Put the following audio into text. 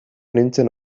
nintzen